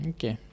Okay